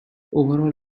overhaul